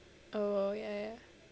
oh ya ya